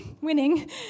winning